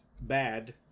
bad